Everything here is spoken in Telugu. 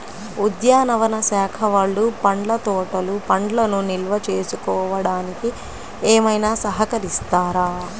ఉద్యానవన శాఖ వాళ్ళు పండ్ల తోటలు పండ్లను నిల్వ చేసుకోవడానికి ఏమైనా సహకరిస్తారా?